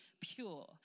pure